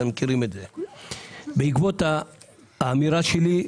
בעקבות האמירה שלי,